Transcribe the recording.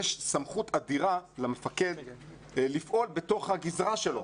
יש סמכות אדירה למפקד לפעול בתוך הגזרה שלו.